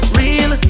real